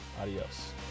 adios